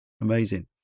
amazing